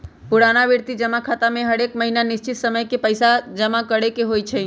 पुरनावृति जमा खता में हरेक महीन्ना निश्चित समय के पइसा जमा करेके होइ छै